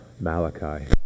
Malachi